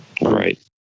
Right